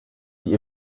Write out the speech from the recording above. die